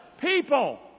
people